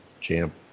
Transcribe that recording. champ